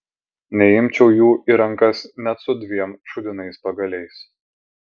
neimčiau jų į rankas net su dviem šūdinais pagaliais